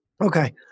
Okay